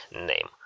name